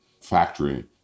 factory